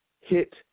hit